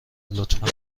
لطفا